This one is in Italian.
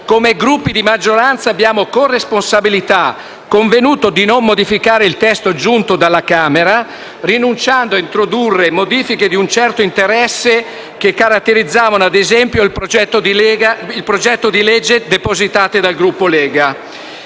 come Gruppi di maggioranza abbiamo con responsabilità convenuto di non modificare il testo giunto dalla Camera, rinunciando a introdurre modifiche di un certo interesse che caratterizzavano - ad esempio - il progetto di legge depositato dal Gruppo della